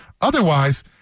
Otherwise